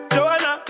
Joanna